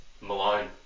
Malone